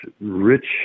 rich